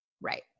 Right